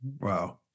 Wow